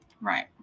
right